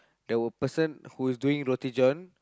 the person who is doing Roti-John